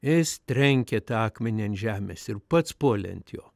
jis trenkė tą akmenį ant žemės ir pats puolė ant jo